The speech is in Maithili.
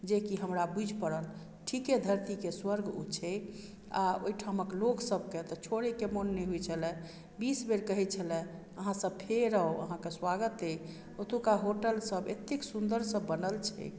जे कि हमरा बुझि परल ठीके धरती के स्वर्ग ओ छै आ ओहिठमक लोग सबके तऽ छोरै के मोन नहि होइ छल बीस बेर कहै छल अहाँसब फेर आउ अहाँ के स्वागत अहि ओतुका होटल सब एतेक सुन्दर सऽ बनल छै